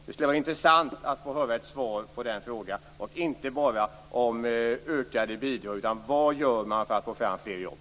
Det skulle vara intressant att få ett svar på den frågan, dvs. inte bara någonting om ökade bidrag utan om vad man gör för att få fram fler jobb.